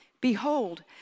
Behold